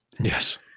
Yes